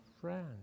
friend